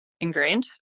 ingrained